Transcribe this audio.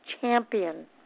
Champion